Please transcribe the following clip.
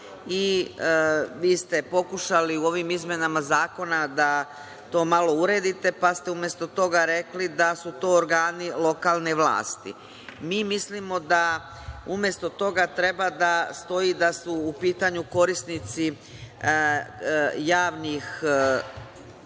Vi ste pokušali u ovim izmenama zakona da to malo uredite, pa ste umesto toga rekli da su to organi lokalne vlasti. Mi mislimo da umesto toga treba da stoji da su u pitanju korisnici javnih